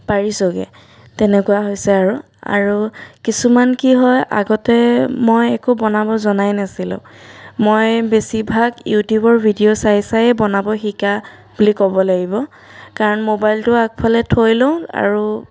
পাৰিছোঁগৈ তেনেকুৱা হৈছে আৰু আৰু কিছুমান কি হয় আগতে মই একো বনাব জনাই নাছিলোঁ মই বেছিভাগ ইউটিউবৰ ভিডিঅ' চাই চায়ে বনাব শিকা বুলি ক'ব লাগিব কাৰণ মোবাইলটো আগফালে থৈ লওঁ আৰু